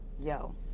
Yo